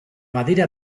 badira